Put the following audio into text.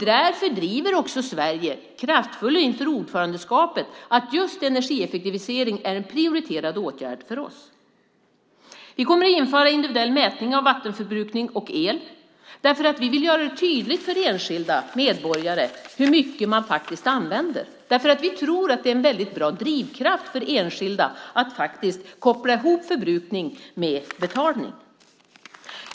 Därför driver också Sverige kraftfullt inför ordförandeskapet att just energieffektivisering är en prioriterad åtgärd för oss. Vi kommer att införa individuell mätning av vattenförbrukning och el, för vi vill göra det tydligt för enskilda medborgare hur mycket man använder. Vi tror att det är en väldigt bra drivkraft för enskilda att koppla ihop förbrukning med betalning.